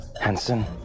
Hansen